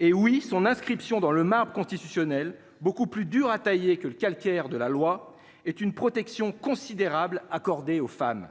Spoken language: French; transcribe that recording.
hé oui, son inscription dans le marbre constitutionnel beaucoup plus dur à tailler que le calcaire de la loi est une protection considérable accordée aux femmes.